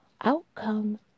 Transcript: outcome